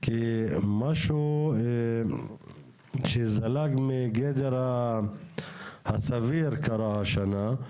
כי משהו שזלג מגדר הסביר קרה השנה.